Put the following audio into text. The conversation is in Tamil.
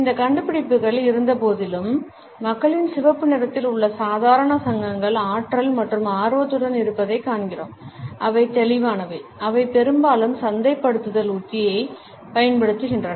இந்த கண்டுபிடிப்புகள் இருந்தபோதிலும் மக்களின் சிவப்பு நிறத்தில் உள்ள சாதாரண சங்கங்கள் ஆற்றல் மற்றும் ஆர்வத்துடன் இருப்பதைக் காண்கிறோம் அவை தெளிவானவை அவை பெரும்பாலும் சந்தைப்படுத்தல் உத்தியாகப் பயன்படுத்தப்படுகின்றன